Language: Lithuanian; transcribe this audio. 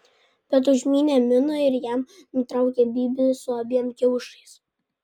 bet užmynė miną ir jam nutraukė bybį su abiem kiaušais